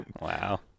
wow